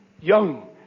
Young